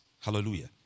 Hallelujah